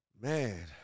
Man